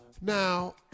Now